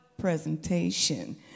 presentation